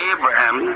Abraham